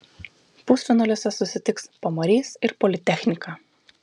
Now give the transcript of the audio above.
pusfinaliuose susitiks pamarys ir politechnika